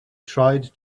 tried